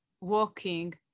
walking